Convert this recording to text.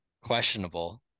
questionable